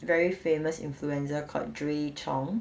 very famous influencer called drea chong